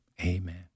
Amen